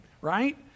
right